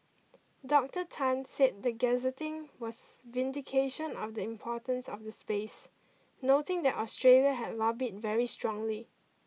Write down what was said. Doctor Tan said the gazetting was vindication of the importance of the space noting that Australia had lobbied very strongly